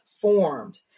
formed